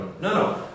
no